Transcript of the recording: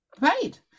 right